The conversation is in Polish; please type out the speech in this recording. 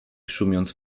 szumiąc